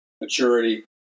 maturity